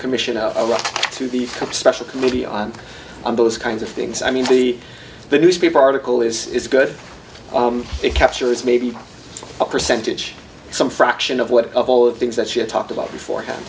commission up to the special committee on on those kinds of things i mean see the newspaper article is good it captures maybe a percentage some fraction of what a couple of things that she had talked about beforehand